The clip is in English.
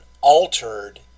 altered